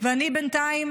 ואני בינתיים